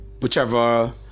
Whichever